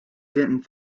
didn’t